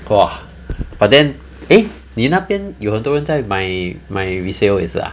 !wah! but then eh 你那边有很多人在买买 resale 也是 ah